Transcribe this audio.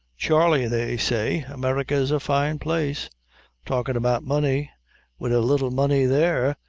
charley, they say america's a fine place talkin' about money wid a little money there,